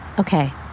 Okay